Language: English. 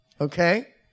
Okay